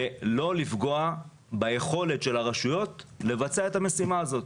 ולא לפגוע ביכולת של הרשויות לבצע את המשימה הזאת.